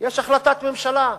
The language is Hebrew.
יש החלטת ממשלה,